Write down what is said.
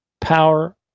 power